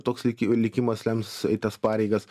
toks liki likimas lems eit tas pareigas